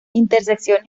intersecciones